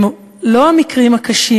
לא המקרים הקשים,